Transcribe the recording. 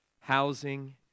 housing